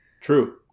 True